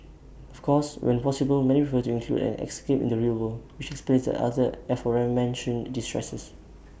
of course when possible many prefer to include an escape in the real world which explains the other aforementioned distresses